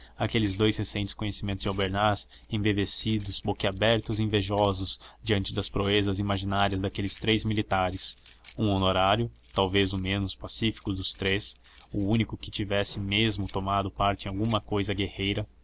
aqueles dous recentes conhecimentos de albernaz embevecidos boquiabertos e invejosos diante das proezas imaginárias daqueles três militares um honorário talvez o menos pacífico dos três o único que tivesse mesmo tomado parte em alguma cousa guerreira